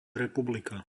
republika